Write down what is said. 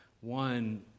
One